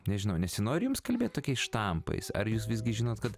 nežinau nesinori jums kalbėt tokiais štampais ar jūs visgi žinot kad